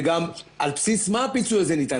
וגם על בסיס מה הפיצוי הזה ניתן?